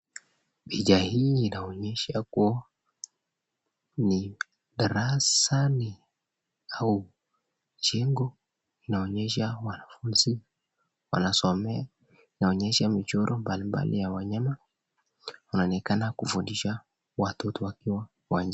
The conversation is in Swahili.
Picha hii inaonyesha kuwa ni darasani au jengo linaonyesha mwanafunzi wanasomea, inaonyesha michoro mbalimbali ya wanyama inaonekana kufundisha watato wakiwa wa,,,,